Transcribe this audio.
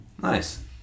Nice